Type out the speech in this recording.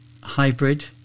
hybrid